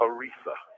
Aretha